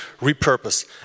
repurpose